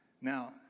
Now